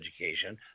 education